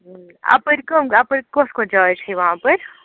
اَپٲرۍ کٕم اَپٲرۍ کۄس کۄس جاے چھِ یِوان اَپٲرۍ